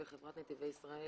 וחברת נתיבי ישראל